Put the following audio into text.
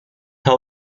透过